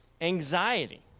anxiety